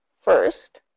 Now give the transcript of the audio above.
first